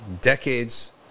Decades